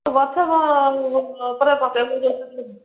ଗଛ ଉପରେ ପକେଇବୁ